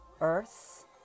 earth